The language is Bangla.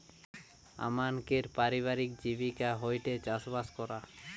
আমানকের পারিবারিক জীবিকা হয়ঠে চাষবাস করা